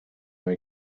they